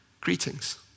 Greetings